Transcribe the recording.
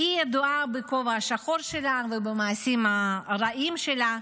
והיא ידועה בכובע השחור שלה ובמעשים הרעים שלה,